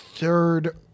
Third